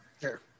Sure